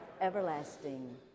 everlasting